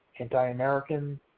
Anti-American